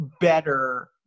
better